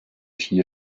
hier